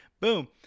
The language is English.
Boom